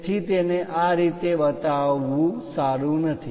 તેથી તેને આ રીતે બતાવવું સારું નથી